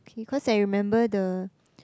okay cause I remember the